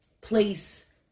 place